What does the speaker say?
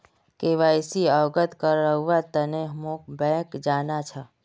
KYC अवगत करव्वार तने मोक बैंक जाना छ